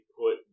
put